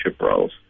roles